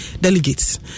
delegates